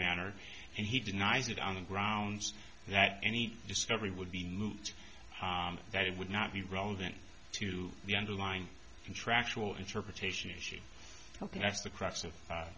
manner and he denies it on the grounds that any discovery would be moot that it would not be relevant to the underline contractual interpretation issue ok that's the crux of